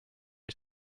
ich